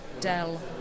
Dell